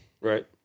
Right